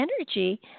energy